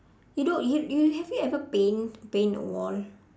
you know you you have you ever paint paint a wall